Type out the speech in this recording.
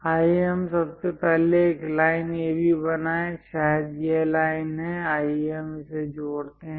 आइए हम सबसे पहले एक लाइन AB बनाएं शायद यह लाइन है आइए हम इसे जोड़ते हैं